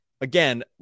again